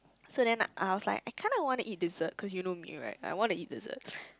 so then I was like I kinda want to eat dessert cause you know me right I want to eat dessert